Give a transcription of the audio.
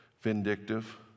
vindictive